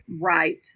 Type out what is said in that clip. right